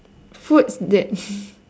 food that